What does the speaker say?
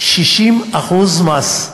60% מס.